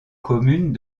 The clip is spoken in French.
communes